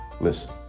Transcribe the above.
listen